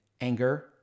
anger